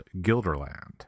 Gilderland